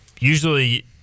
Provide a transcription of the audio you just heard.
usually